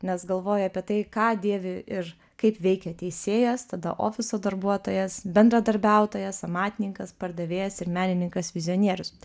nes galvoji apie tai ką dėvi ir kaip veikia teisėjas tada ofiso darbuotojas bendradarbiautojas amatininkas pardavėjas ir menininkas vizionierius